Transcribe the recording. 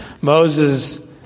Moses